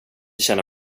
känna